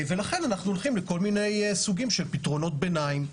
ולכן אנחנו הולכים לכל מיני סוגים של פתרונות ביניים.